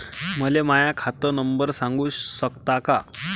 मले माह्या खात नंबर सांगु सकता का?